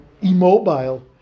immobile